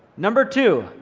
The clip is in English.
number two,